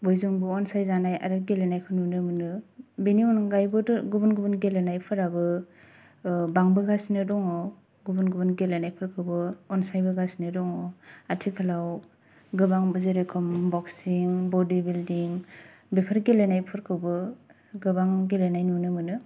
बयजोंबो अनसायजानाय आरो गेलेनायखौ नुनो मोनो बेनि अगायैबोथ' गुबुन गुबुन गेलेनायफोराबो बांबोगासिनो दङ गुबुन गुबुन गेलेनाय फोरखौबो अनसायबो गासिनो दङ आथिखालाव गोबां जेर'खम बकसिं बडि बिल्डिं बेफोर गेलेनाय फोरखौबो गोबां गेलेनाय नुनो मोनो